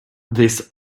this